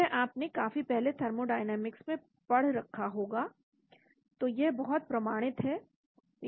यह आपने काफी पहले थर्मोडायनेमिक्स में पढ़ रखा होगा तो यह बहुत प्रमाणित है